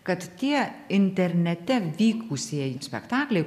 kad tie internete vykusieji spektaklyje